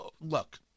Look